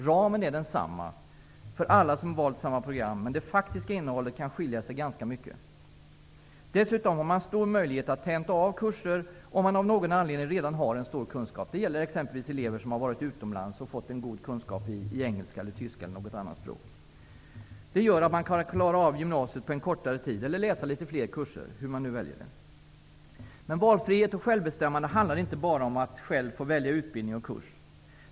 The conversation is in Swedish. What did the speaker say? Ramen är densamma för alla som har valt samma program, men det faktiska innehållet kan skilja sig ganska mycket. Dessutom har man stor möjlighet att tenta av kurser om man av någon anledning redan har stor kunskap. Det gäller exempelvis elever som har varit utomlands och fått en god kunskap i engelska, tyska eller något annat språk. Det gör att man kan klara av gymnasiet på kortare tid eller att man kan läsa litet fler kurser. Valfrihet och självbestämmande handlar dock inte bara om att man själv skall få välja utbildning och kurs.